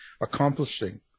accomplishing